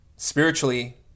spiritually